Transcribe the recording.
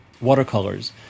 watercolors